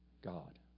God